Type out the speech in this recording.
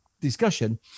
discussion